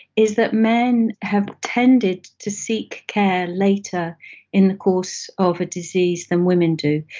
is that men have tended to seek care later in the course of a disease than women do.